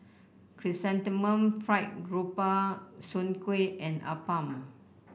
Chrysanthemum Fried Grouper Soon Kueh and appam